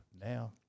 now